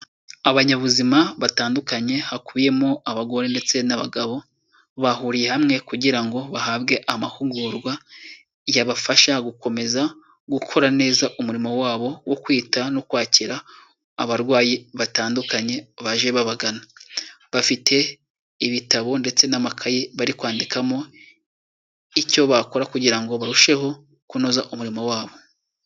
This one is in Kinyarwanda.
Abanyabuzima batandukanye hakubiyemo abagore ndetse n'abagabo, bahuriye hamwe kugira ngo bahabwe amahugurwa yabafasha gukomeza gukora neza umurimo wabo wo kwita no kwakira abarwayi batandukanye baje babagana, bafite ibitabo ndetse n'amakayi bari kwandikamo icyo bakora kugira ngo barusheho kunoza umurimo wabo.